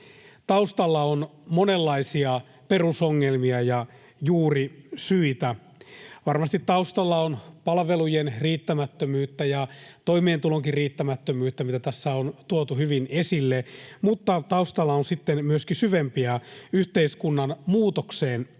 Taustalla on monenlaisia perusongelmia ja juurisyitä. Varmasti taustalla on palvelujen riittämättömyyttä ja toimeentulonkin riittämättömyyttä, mitä tässä on tuotu hyvin esille, mutta taustalla on sitten myöskin syvempiä yhteiskunnan muutokseen liittyviä